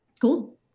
Cool